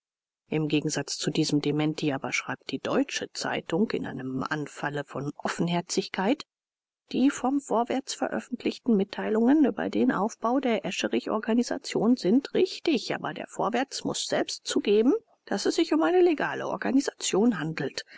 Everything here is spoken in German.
im gegensatz zu diesen dementis aber schreibt die deutsche zeitung in einem anfalle von offenherzigkeit die vom vorwärts veröffentlichten mitteilungen über den aufbau der escherich-organisation sind richtig aber der vorwärts muß selbst zugeben daß es sich um eine legale organisation handelt